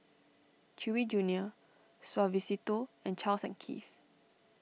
Chewy Junior Suavecito and Charles and Keith